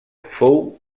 fou